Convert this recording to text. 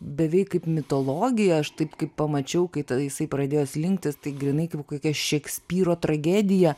beveik kaip mitologija aš taip kaip pamačiau kai ta jisai pradėjo slinkti tai grynai kaip kokia šekspyro tragedija